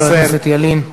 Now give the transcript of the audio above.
חבר הכנסת ילין.